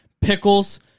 pickles